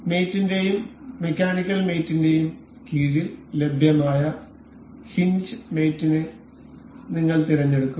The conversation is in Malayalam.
മേറ്റ് ന്റെയും മെക്കാനിക്കൽ മേറ്റ് ന്റെയും കീഴിൽ ലഭ്യമായ ഹിഞ്ച് മേറ്റ് ന്റെ നിങ്ങൾ തിരഞ്ഞെടുക്കും